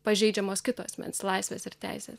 pažeidžiamos kito asmens laisvės ir teisės